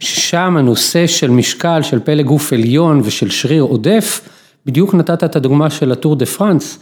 ‫ששם הנושא של משקל ‫של פלא גוף עליון ושל שריר עודף, ‫בדיוק נתת את הדוגמה ‫של הטור דה פרנס.